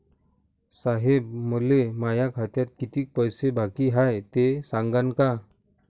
साहेब, मले माया खात्यात कितीक पैसे बाकी हाय, ते सांगान का?